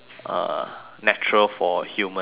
natural for humans to do that